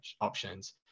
options